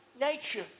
nature